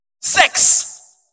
Sex